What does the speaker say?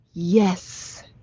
Yes